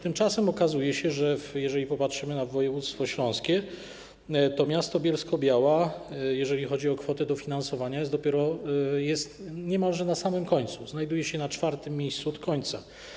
Tymczasem okazuje się, że jeżeli popatrzymy na województwo śląskie, to miasto Bielsko-Biała, jeżeli chodzi o kwotę dofinansowania, jest dopiero niemalże na samym końcu, znajduje się na czwartym miejscu od końca.